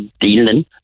dealing